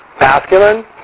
masculine